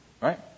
right